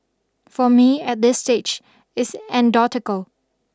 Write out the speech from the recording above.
for me at this stage it's andotical